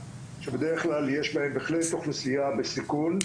שבדרך כלל יש בהם בהחלט אוכלוסייה בסיכון,